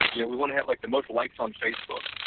yeah we want to have like the most likes on facebook,